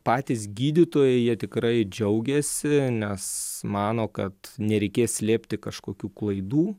patys gydytojai jie tikrai džiaugiasi nes mano kad nereikės slėpti kažkokių klaidų